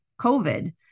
COVID